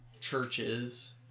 churches